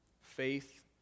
faith